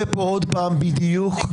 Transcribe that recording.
בדיוק,